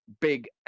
big